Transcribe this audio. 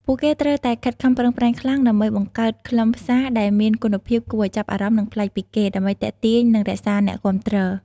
ពួកគេត្រូវតែខិតខំប្រឹងប្រែងខ្លាំងដើម្បីបង្កើតខ្លឹមសារដែលមានគុណភាព គួរឲ្យចាប់អារម្មណ៍ និងប្លែកពីគេ ដើម្បីទាក់ទាញនិងរក្សាអ្នកគាំទ្រ។